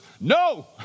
no